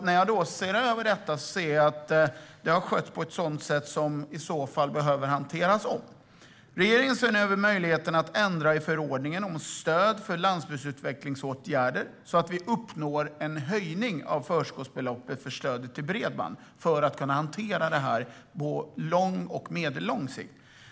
När jag ser över detta märker jag att det har skötts på ett sätt som behöver göras om. Regeringen ser nu över möjligheten att ändra i förordningen om stöd för landsbygdsutvecklingsåtgärder, så att vi uppnår en höjning av förskottsbeloppet för stödet till bredband för att kunna hantera detta på lång och medellång sikt.